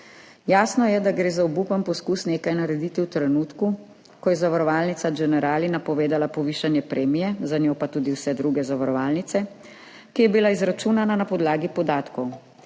Jasno je, da gre za obupen poskus nekaj narediti v trenutku, ko je zavarovalnica Generali napovedala povišanje premije, za njo pa tudi vse druge zavarovalnice, ki je bila izračunana na podlagi podatkov.